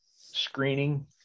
screening